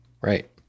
right